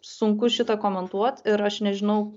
sunku šitą komentuot ir aš nežinau